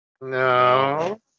No